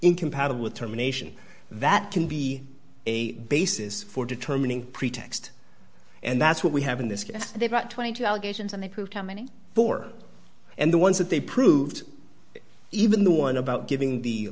incompatible with terminations that can be a basis for determining pretext and that's what we have in this case they brought twenty allegations and they proved how many for and the ones that they proved even the one about giving the